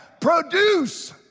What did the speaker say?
Produce